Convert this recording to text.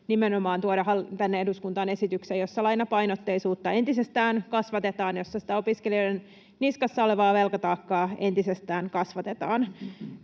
nimenomaan tuoda tänne eduskuntaan esityksen, jossa lainapainotteisuutta entisestään kasvatetaan, jossa sitä opiskelijoiden niskassa olevaa velkataakkaa entisestään kasvatetaan.